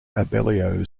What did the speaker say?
abellio